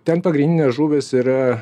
ten pagrindinės žuvys yra